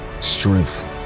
strength